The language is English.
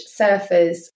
surfers